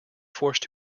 forced